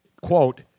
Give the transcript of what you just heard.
quote